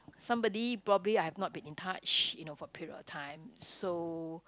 somebody probably I've not been in touch you know for a period of time so